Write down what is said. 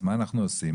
אז מה אנחנו עושים?